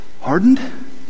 hardened